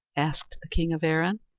asked the king of erin.